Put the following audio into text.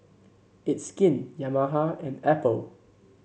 It's Skin Yamaha and Apple